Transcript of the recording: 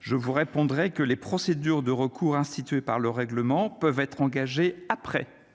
je vous répondrai que les procédures de recours instituée par le règlement, peuvent être engagées après